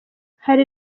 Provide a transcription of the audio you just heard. hari